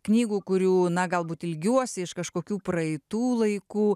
knygų kurių na galbūt ilgiuosi iš kažkokių praeitų laikų